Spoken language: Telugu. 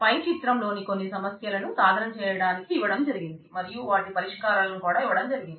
పై చిత్రంలో కొన్ని సమస్యలను సాధన చేయటానికి ఇవ్వడం జరిగింది మరియు వాటి పరిష్కారాలను కూడా ఇవ్వటం జరిగింది